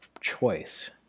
choice